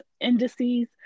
indices